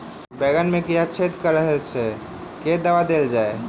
बैंगन मे कीड़ा छेद कऽ रहल एछ केँ दवा देल जाएँ?